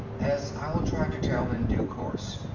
as i'll try to tell in due course.